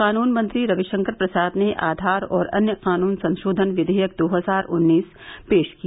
कानून मंत्री रविशंकर प्रसाद ने आधार और अन्य कानून संशोधन विधेयक दो हजार उन्नीस पेश किया